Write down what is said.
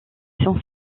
son